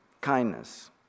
kindness